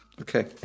Okay